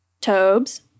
Tobes